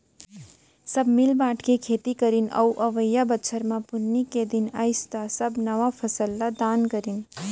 सब मिल बांट के खेती करीन अउ अवइया बछर म पुन्नी के दिन अइस त सब नवा फसल ल दान करिन